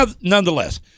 nonetheless